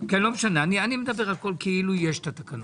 מדבר כאילו יש התקנות.